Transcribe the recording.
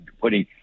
putting